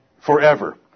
forever